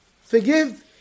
Forgive